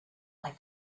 like